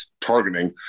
targeting